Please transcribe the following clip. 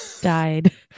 died